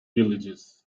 villages